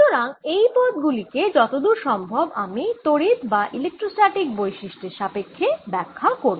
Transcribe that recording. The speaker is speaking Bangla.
সুতরাং এই পদ গুলিকে যতদূর সম্ভব আমি তড়িৎ বা ইলেক্ট্রোস্ট্যাটিক বৈশিষ্ট্যের সাপেক্ষ্যে ব্যাখ্যা করব